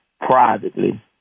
privately